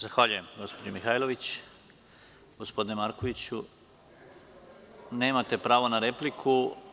Zahvaljujem gospođo Mihajlović [[Jovan Marković, s mesta: Ako može replika?]] Gospodine Markoviću, nemate pravo na repliku.